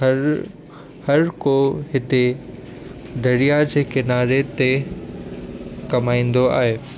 हरु हरुको हिते दरिया जे किनारे ते कमाईंदो आहे